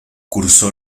cursó